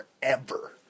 Forever